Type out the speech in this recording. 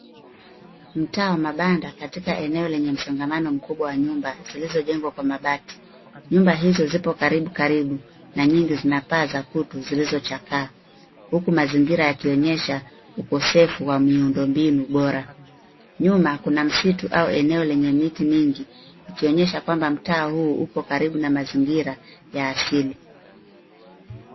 Mtaa wa mabanda katika eneo lenye msongamano mkubwa wa nyumba zilizojengwa kwa mabati. Nyumba hizo ziko karibu karibu, na nyingi zina paa za kutu zilizochakaa, huku mazingira yakionyesha ukosefu wa miundombinu bora. Nyuma, kuna msitu au eneo lenye miti mingi, likionyesha kwamba mtaa huu upo karibu na mazingira ya asili.